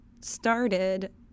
started